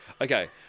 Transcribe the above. Okay